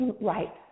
Right